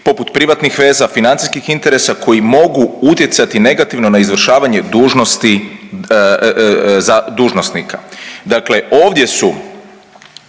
poput privatnih veza i financijskih interesa koji mogu utjecati negativno na izvršavanje dužnosti za dužnosnika. Dakle ovdje su